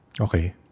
Okay